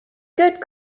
good